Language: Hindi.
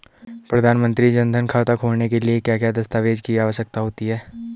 प्रधानमंत्री जन धन खाता खोलने के लिए क्या क्या दस्तावेज़ की आवश्यकता होती है?